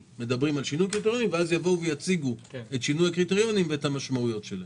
אז יציגו את שינוי הקריטריונים ואת המשמעויות שלהם.